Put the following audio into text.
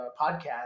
podcast